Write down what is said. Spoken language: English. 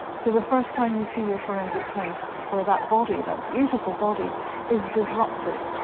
so the first time you see your forensic case where that body, that beautiful body is disrupted,